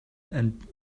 and